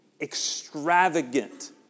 extravagant